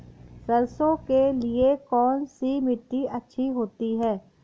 सरसो के लिए कौन सी मिट्टी अच्छी होती है?